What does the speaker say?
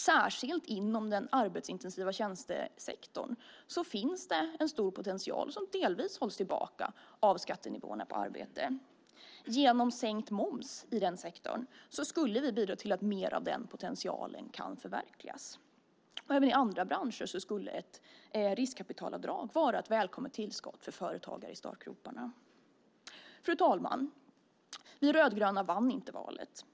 Särskilt inom den arbetsintensiva tjänstesektorn finns det en stor potential som delvis hålls tillbaka av skattenivåerna på arbete. Genom sänkt moms i den sektorn skulle vi bidra till att mer av den potentialen kan förverkligas. Även i andra branscher skulle ett riskkapitalavdrag vara ett välkommet tillskott för företagare i startgroparna. Fru talman! Vi rödgröna vann inte valet.